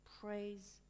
praise